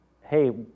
hey